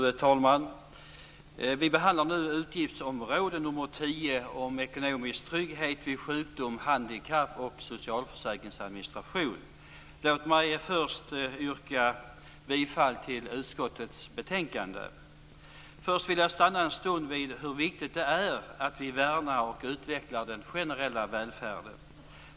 Fru talman! Vi behandlar nu utgiftsområde 10 om ekonomisk trygghet vid sjukdom och handikapp och om administration av socialförsäkringarna. Låt mig först yrka bifall till hemställan i utskottets betänkande. Först vill jag stanna en stund vid hur viktigt det är att vi värnar och utvecklar den generella välfärden.